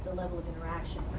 level of interaction